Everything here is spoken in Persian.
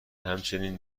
همچنین